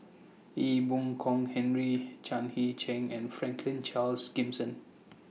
Ee Boon Kong Henry Chan Heng Chee and Franklin Charles Gimson